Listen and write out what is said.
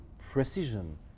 precision